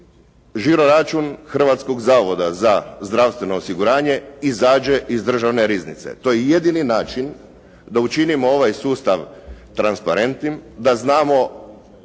žiro račun Hrvatskog zavoda za zdravstveno osiguranje izađe iz državne riznice. To je jedini način da učinimo ovaj sustav transparentnim, da znamo